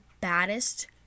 baddest